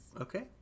Okay